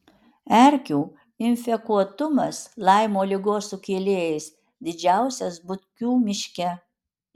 erkių infekuotumas laimo ligos sukėlėjais didžiausias butkių miške